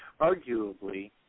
arguably